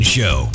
Show